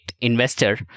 investor